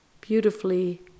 Beautifully